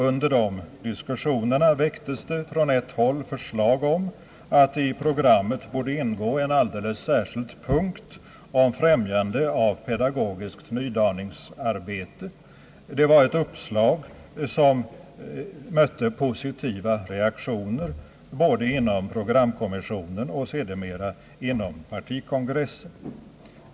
Under de diskussioner som då fördes väcktes från ett håll förslag om att i programmet borde ingå en särskild punkt om främjande av pedagogiskt nydaningsarbete. Uppslaget mötte positiva reaktioner både inom programkommissionen och sedermera även inom Ppartikongressen.